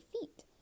feet